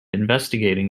investigating